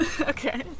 Okay